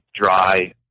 dry